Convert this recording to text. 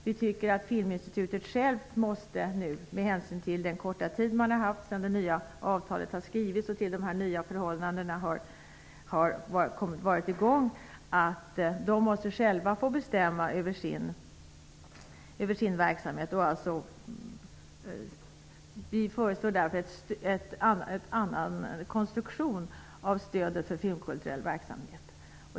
Vi anser att Filminstitutet självt måste få bestämma över sin verksamhet med hänsyn till den korta tid som man har haft på sig sedan det nya avtalet skrevs och sedan de nya förhållandena började gälla. Vi föreslår därför en annan konstruktion av stödet till filmkulturell verksamhet.